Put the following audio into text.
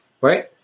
Right